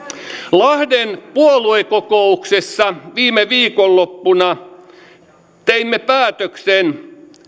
lahden puoluekokouksessa viime viikonloppuna teimme päätöksen